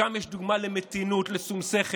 שם יש דוגמה למתינות, לשום שכל.